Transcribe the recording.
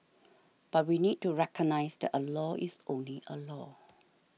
but we need to recognise that a law is only a law